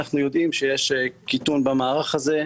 אנחנו יודעים שיש קיטון במערך הזה,